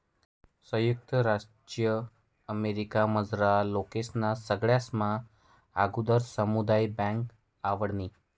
संयुक्त राज्य अमेरिकामझारला लोकेस्ले सगळास्मा आगुदर सामुदायिक बँक आवडनी